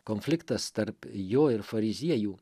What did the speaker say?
konfliktas tarp jo ir fariziejų